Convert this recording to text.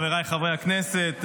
חבריי חברי הכנסת,